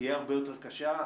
תהיה הרבה יותר קשה.